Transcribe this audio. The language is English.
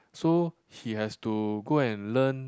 so he has to go and learn